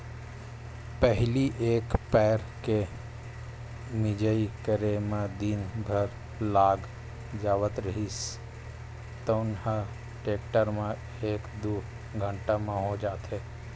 पहिली एक पैर के मिंजई करे म दिन भर लाग जावत रिहिस तउन ह टेक्टर म एक दू घंटा म हो जाथे